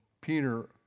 Peter